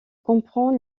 comprend